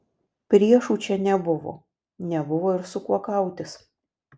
priešų čia nebuvo nebuvo ir su kuo kautis